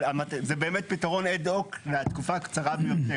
אבל זה באמת פתרון לתקופה קצרה ביותר.